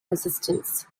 resistance